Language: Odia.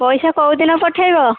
ପଇସା କୋଉ ଦିନ ପଠେଇବ